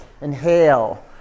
inhale